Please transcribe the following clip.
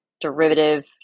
derivative